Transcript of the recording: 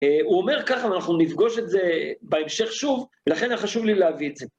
הוא אומר ככה, ואנחנו נפגוש את זה בהמשך שוב, לכן היה חשוב לי להביא את זה.